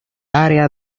área